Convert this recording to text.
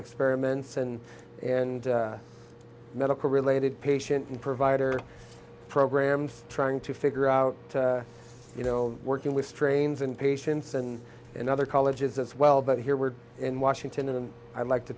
experiments and and medical related patient and provider programs trying to figure out you know working with strains and patients and in other colleges as well but here we're in washington and i'd like to